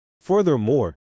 Furthermore